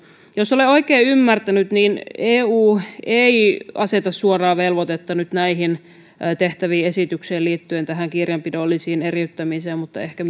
jos olen oikein ymmärtänyt niin eu ei aseta suoraa velvoitetta nyt näihin tehtäviin esityksiin liittyen tähän kirjanpidolliseen eriyttämiseen mutta ehkä